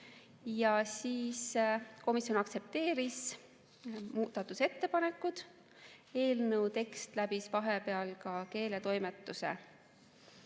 ja siis komisjon aktsepteeris muudatusettepanekud. Eelnõu tekst läbis vahepeal ka keeletoimetuse.